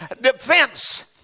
defense